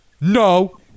no